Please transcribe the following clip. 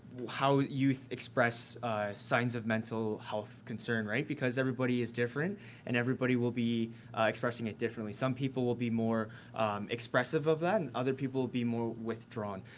how youth express signs of mental health concern, right? because everybody is different and everybody will be expressing it differently. some people will be more expressive of that and other people will be more withdrawn.